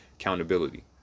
accountability